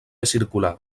circular